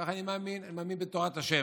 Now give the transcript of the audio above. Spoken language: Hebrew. כך אני מאמין, אני מאמין בתורת השם.